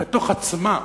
בתוך עצמה.